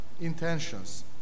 intentions